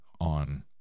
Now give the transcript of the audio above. on